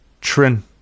trin